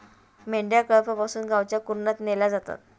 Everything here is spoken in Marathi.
मेंढ्या कळपातून गावच्या कुरणात नेल्या जातात